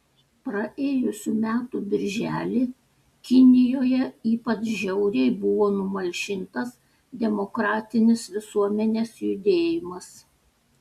praėjusių metų birželį kinijoje ypač žiauriai buvo numalšintas demokratinis visuomenės judėjimas